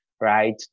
right